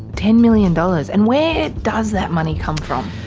ten million dollars! and where does that money come from?